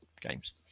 games